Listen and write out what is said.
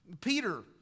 Peter